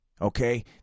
Okay